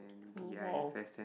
oh !wow!